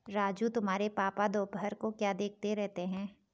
राजू तुम्हारे पापा दोपहर को क्या देखते रहते हैं?